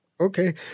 okay